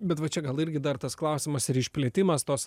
bet va čia gal irgi dar tas klausimas ir išplėtimas tos